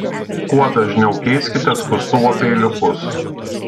kuo dažniau keiskite skustuvo peiliukus